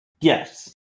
Yes